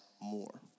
more